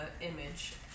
image